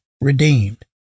redeemed